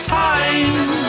time